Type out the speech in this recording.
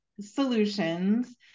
Solutions